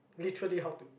literally how to